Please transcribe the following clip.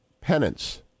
penance